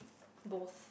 both